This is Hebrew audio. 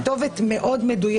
גם בכפרים ערבים.